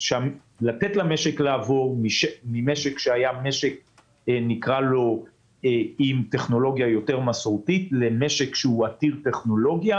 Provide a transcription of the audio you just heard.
לעבור ממשק שהיה עם טכנולוגיה יותר מסורתית למשק שהוא עתיר טכנולוגיה